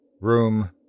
Room